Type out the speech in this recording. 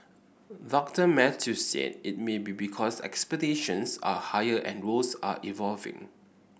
Doctor Mathews said it may be because expectations are higher and roles are evolving